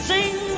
Sing